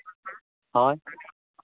ᱦᱳᱭ